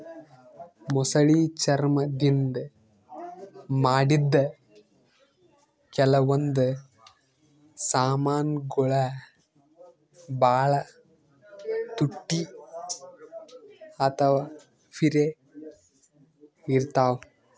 ಮೊಸಳಿ ಚರ್ಮ್ ದಿಂದ್ ಮಾಡಿದ್ದ್ ಕೆಲವೊಂದ್ ಸಮಾನ್ಗೊಳ್ ಭಾಳ್ ತುಟ್ಟಿ ಅಥವಾ ಪಿರೆ ಇರ್ತವ್